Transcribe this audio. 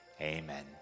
Amen